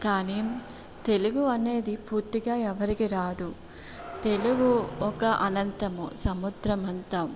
కానీ తెలుగు అనేది పూర్తిగా ఎవ్వరికీ రాదు తెలుగు ఒక అనంతము సముద్రమంతం